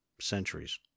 centuries